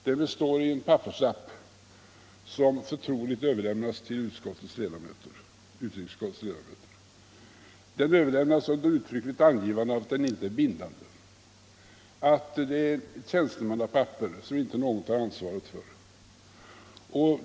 Den består i en papperslapp som förtroligt överlämnades till utrikesutskottets ledamöter. Den överlämnades under uttryckligt angivande av att den inte är bindande, att den är ett tjänstemannapapper som ingen tar ansvar för.